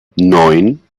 neun